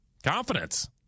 Confidence